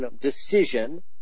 Decision